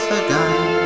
again